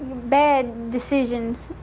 bad decisions.